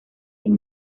sin